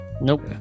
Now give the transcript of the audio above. nope